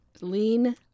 Lean